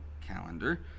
calendar